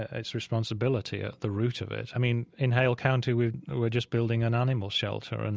ah it's responsibility at the root of it. mean, in hale county, we're we're just building an animal shelter. and